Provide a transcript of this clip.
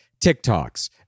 TikToks